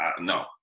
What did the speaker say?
no